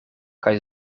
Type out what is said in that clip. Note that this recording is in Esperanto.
kaj